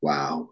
Wow